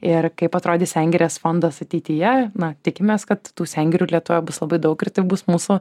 ir kaip atrodys sengirės fondas ateityje na tikimės kad tų sengirių lietuvoje bus labai daug ir tai bus mūsų